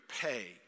pay